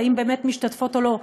האם באמת משתתפות או לא.